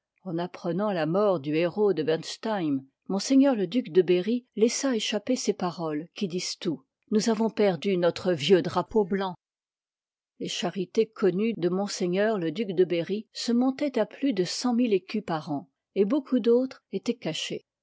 en apprenant la mort du héros de berstheim mme duc de bérry laissa échapper ces paroles qui disent tout nous avons perdu notre vieux drapeau blanc les charités connues de m le duc de bèrry se mont oient à plus de cent mille écus pr an et beaucoup d'autres étoient ca